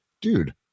dude